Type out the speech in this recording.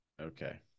Okay